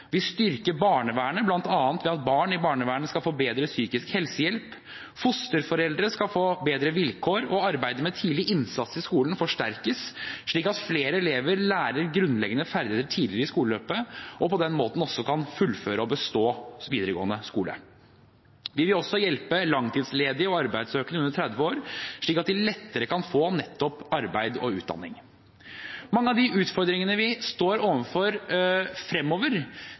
vi styrker barnevernet bl.a. ved at barn i barnevernet skal få bedre psykisk helsehjelp, fosterforeldre skal få bedre vilkår og arbeidet med tidlig innsats i skolen forsterkes, slik at flere elever lærer grunnleggende ferdigheter tidligere i skoleløpet og på den måten også kan fullføre og bestå videregående skole. Vi vil også hjelpe langtidsledige og arbeidssøkende under 30 år, slik at de lettere kan få nettopp arbeid og utdanning. Mange av de utfordringene vi står overfor fremover,